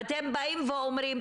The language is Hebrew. ואתם באים ואומרים,